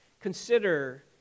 consider